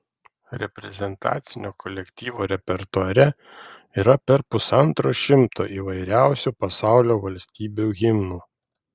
reprezentacinio kolektyvo repertuare yra per pusantro šimto įvairiausių pasaulio valstybių himnų